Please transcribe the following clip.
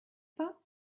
pas